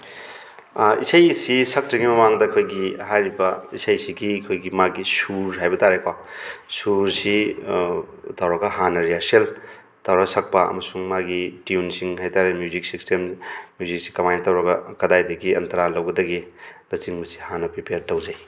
ꯏꯁꯩ ꯑꯁꯤ ꯁꯛꯇ꯭ꯔꯤꯉꯩ ꯃꯃꯥꯡꯗ ꯑꯩꯈꯣꯏꯒꯤ ꯍꯥꯏꯔꯤꯕ ꯏꯁꯩꯁꯤꯒꯤ ꯑꯩꯈꯣꯏꯒꯤ ꯃꯥꯒꯤ ꯁꯨꯔ ꯍꯥꯏꯕ ꯇꯥꯔꯦꯀꯣ ꯁꯨꯔꯁꯤ ꯇꯧꯔꯒ ꯍꯥꯟꯅ ꯔꯤꯍꯥꯔꯁꯦꯜ ꯇꯧꯔ ꯁꯛꯄ ꯑꯃꯁꯨꯡ ꯃꯥꯒꯤ ꯇ꯭ꯌꯨꯟꯁꯤꯡ ꯍꯥꯏꯇꯔꯦ ꯃ꯭ꯌꯨꯖꯤꯛ ꯁꯤꯁꯇꯦꯝ ꯃ꯭ꯌꯨꯖꯤꯛꯁꯤ ꯀꯃꯥꯏꯅ ꯇꯧꯔꯒ ꯀꯗꯥꯏꯗꯒꯤ ꯑꯟꯇꯔꯥ ꯂꯧꯒꯗꯒꯦ ꯅꯆꯤꯡꯕꯁꯤ ꯍꯥꯟꯅ ꯄ꯭ꯔꯤꯄꯦꯌꯔ ꯒꯧꯖꯩ